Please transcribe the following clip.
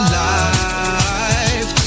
life